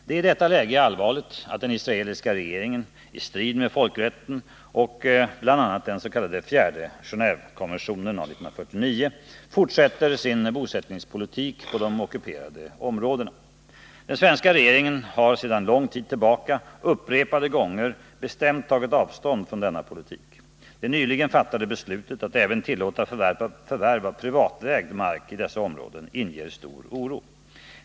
Det är i detta läge allvarligt att den israeliska regeringen — i strid med folkrätten och bl.a. den s.k. fjärde Genévekonventionen av 1949 — fortsätter sin bosättningspolitik på de ockuperade områdena. Den svenska regeringen Nr 31 har sedan lång tid tillbaka upprepade gånger bestämt tagit avstånd från denna Måndagen den politik. Det nyligen fattade beslutet att även tillåta förvärv av privatägd marki 19 november 1979 dessa områden inger stor oro.